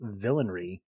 villainry